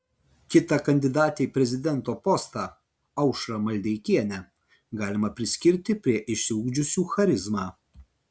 kitą kandidatę į prezidento postą aušrą maldeikienę galima priskirti prie išsiugdžiusių charizmą